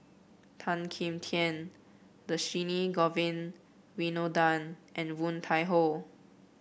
Tan Kim Tian Dhershini Govin Winodan and Woon Tai Ho